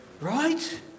Right